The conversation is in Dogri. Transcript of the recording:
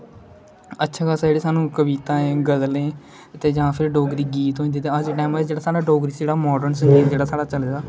अच्छा खासा जेहडा सानू कविताएं गजल जा फिर डोगरी गीत जां अज्ज दे टेमें उप्पर जेहड़ा साढ़ा डोगरी जेहड़ा मार्डन जेहड़ा साढ़ा चले दा